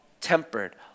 tempered